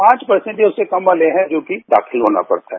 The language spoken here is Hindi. पांच पर्सेंट या उससे कम वाले हैं जोकि दाखिल होना पड़ता है